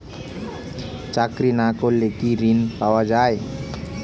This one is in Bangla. চাকরি না করলে কি ঋণ পাওয়া যায় না?